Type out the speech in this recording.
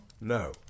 No